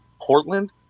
Portland